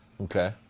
Okay